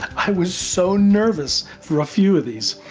i was so nervous for a few of these,